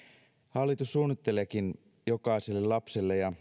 hallitus suunnitteleekin jokaiselle lapselle ja